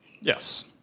Yes